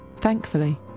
Thankfully